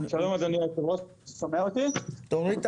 שלום, אדוני היושב-ראש, שלום